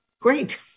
GREAT